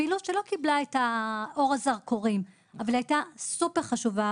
הפעילות שלא קיבלה את אור הזרקורים אבל הייתה סופר חשובה